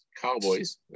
Cowboys